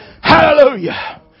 Hallelujah